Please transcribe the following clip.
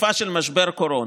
בתקופה של משבר קורונה,